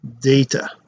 data